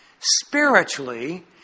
spiritually